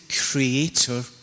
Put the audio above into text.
Creator